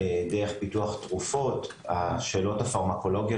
תודה רבה לך, פרופ' ויקטור נובק.